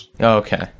okay